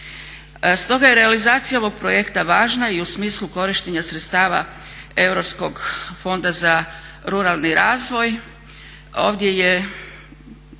Stoga je realizacija ovog projekta važna i u smislu korištenja sredstava Europskog fonda za ruralni razvoj.